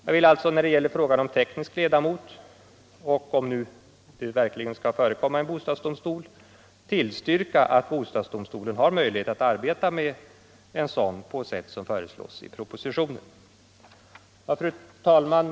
Jag vill alltså, när det gäller frågan om teknisk ledamot — och om nu bostadsdomstol över huvud taget skall förekomma -— tillstyrka att bostadsdomstolen får möjlighet att arbeta med en sådan ledamot på sätt som föreslås i propositionen. Fru talman!